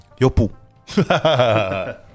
Yopu